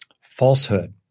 falsehood